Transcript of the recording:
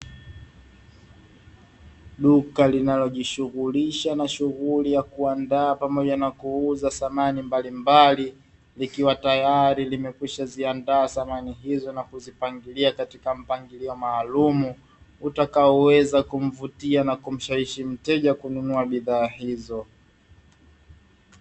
Duka linayojishughulisha na shughuli ya kuandaa pamoja na kuuza samani mbalimbali, ikiwa tayari limekwishaziandaa samani hizo na kuzipangilia katika mpangilio maalumu, utakaoweza kumvutia na kumshawishi mteja kununua bidhaa hizo.